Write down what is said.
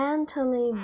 Anthony